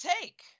take